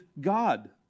God